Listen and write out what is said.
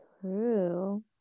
True